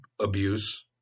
abuse